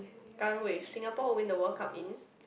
Kallang Wave Singapore will win the World Cup in